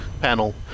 Panel